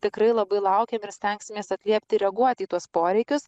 tikrai labai laukiam ir stengsimės atliepti ir reaguoti į tuos poreikius